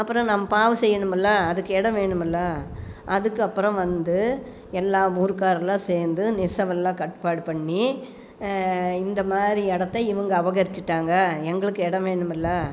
அப்புறோம் நம் பாவம் செய்யணுமில்லை அதுக்கு இடம் வேணுமில்ல அதுக்கப்புறோம் வந்து எல்லா ஊர்காரங்களாம் சேர்ந்து நெசவெலாம் கட்டுப்பாடு பண்ணி இந்தமாதிரி இடத்த இவங்க அபகரிச்சிட்டாங்க எங்களுக்கு இடம் வேணுமில்ல